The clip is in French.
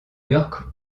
york